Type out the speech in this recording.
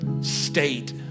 state